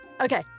Okay